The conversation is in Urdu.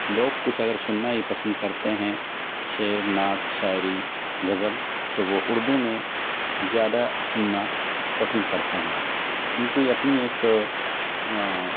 لوگ کچھ اگر سننا ہی پسند کرتے ہیں شعر نعت شاعری غزل تو وہ اردو میں زیادہ سننا پسند کرتے ہیں ان کی اپنی ایک